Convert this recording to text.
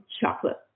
chocolate